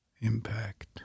impact